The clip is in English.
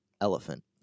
Elephant